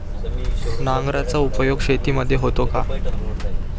नांगराचा उपयोग शेतीमध्ये होतो का?